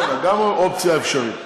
כן, לגמרי אופציה אפשרית.